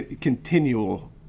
continual